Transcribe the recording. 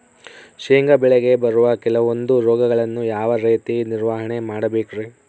ಶೇಂಗಾ ಬೆಳೆಗೆ ಬರುವ ಕೆಲವೊಂದು ರೋಗಗಳನ್ನು ಯಾವ ರೇತಿ ನಿರ್ವಹಣೆ ಮಾಡಬೇಕ್ರಿ?